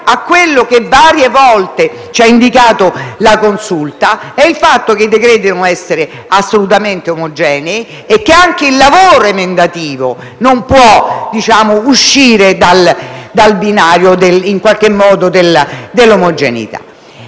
quello che varie volte ci ha indicato la Consulta, vale a dire il fatto che i decreti devono essere assolutamente omogenei e che lo stesso lavoro emendativo non può uscire dal binario dell'omogeneità.